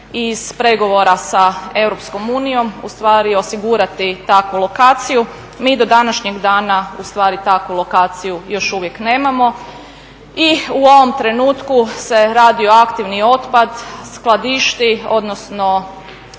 iz pregovora sa Europskom unijom ustvari osigurati takvu lokaciju. Mi do današnjeg dana ustvari takvu lokaciju još uvijek nemamo i u ovom trenutku se radioaktivni otpad skladišti, odnosno